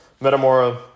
Metamora